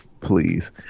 please